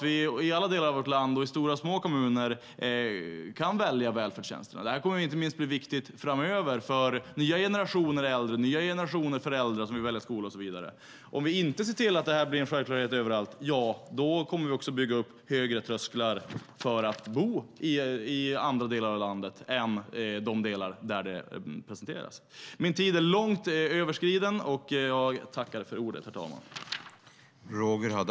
I alla delar av vårt land, i stora och små kommuner, måste vi kunna välja välfärdstjänster. Det kommer att bli viktigt inte minst för nya generationer äldre och nya generationer föräldrar som vill välja skola och så vidare. Om det inte blir en självklarhet överallt bygger vi upp högre trösklar för att bo i andra delar av landet än de delar där det presenteras.